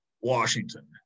Washington